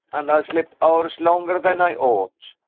and i slept hours longer than i ought.